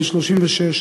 בן 36,